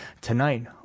Tonight